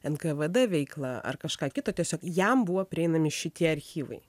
nkvd veiklą ar kažką kita tiesiog jam buvo prieinami šitie archyvai